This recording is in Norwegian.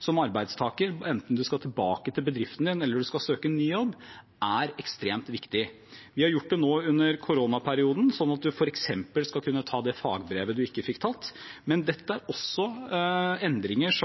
som arbeidstaker, enten en skal tilbake til bedriften sin eller søke ny jobb, er ekstremt viktig. Vi har gjort det nå under koronaperioden, slik at en f.eks. skal kunne ta det fagbrevet en ikke fikk tatt. Men dette er også endringer –